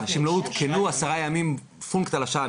אבל אנשים לא עודכנו עשרה ימים פונקט על השעה.